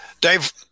Dave